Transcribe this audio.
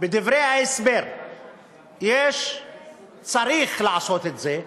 בדברי ההסבר, צריך לעשות את זה,